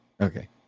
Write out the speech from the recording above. Okay